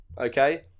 Okay